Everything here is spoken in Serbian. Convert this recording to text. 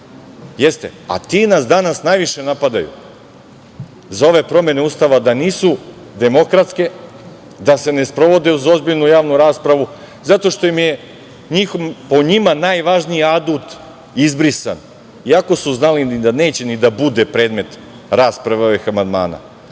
Jeste, a ti nas danas najviše napadaju za ove promene Ustava, da nisu demokratske, da se ne sprovode uz ozbiljnu javnu raspravu zato što je po njima najvažnija adut izbrisan, iako su znali ni da neće da bude predmet rasprave ovih amandmana. Mnogo